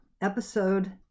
Episode